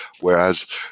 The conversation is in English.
Whereas